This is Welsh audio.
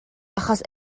achos